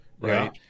right